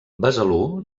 besalú